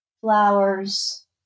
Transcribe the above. flowers